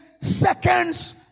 seconds